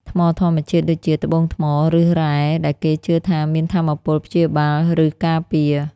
ថ្មធម្មជាតិ ដូចជា ត្បូងថ្ម ឬរ៉ែ ដែលគេជឿថាមានថាមពលព្យាបាល ឬការពារ។